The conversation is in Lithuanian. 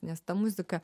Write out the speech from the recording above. nes tą muzika